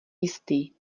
jistý